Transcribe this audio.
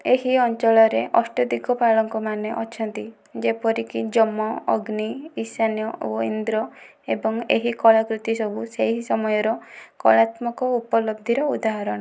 ଏହି ଅଞ୍ଚଳରେ ଅଷ୍ଟଦିଗପାଳକମାନେ ଅଛନ୍ତି ଯେପରିକି ଯମ ଅଗ୍ନି ଈଶାନ୍ୟ ଓ ଇନ୍ଦ୍ର ଏବଂ ଏହି କଳାକୃତି ସବୁ ସେହି ସମୟର କଳାତ୍ମକ ଉପଲବ୍ଧିର ଉଦାହରଣ